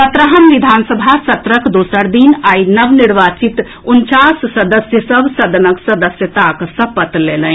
सत्रहम विधानसभा सत्रक दोसर दिन आई नव निर्वाचित उनचास सदस्य सभ सदनक सदस्यताक सपत लेलनि